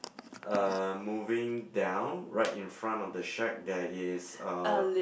uh moving down right in front of the shack there is a